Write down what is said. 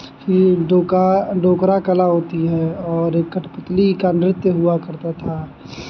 फिर डोका डोकरा कला होती है और एक कठपुतली का नृत्य हुआ करता था